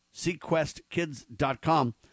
Sequestkids.com